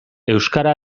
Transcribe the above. euskara